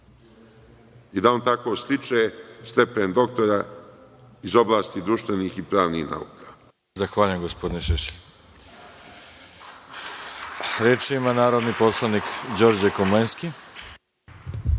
i on tako stiče stepen doktora iz oblasti društvenih i pravnih nauka.